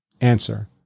Answer